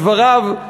בדבריו,